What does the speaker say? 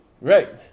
Right